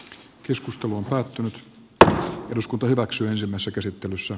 keskustelu katunut eduskunta hyväksyi ensimmäisen käsittelyssä